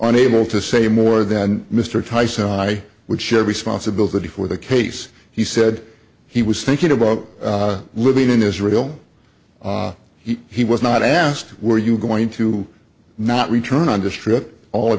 unable to say more than mr tyson i would share responsibility for the case he said he was thinking about living in israel he he was not asked were you going to not return on this trip all of